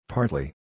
Partly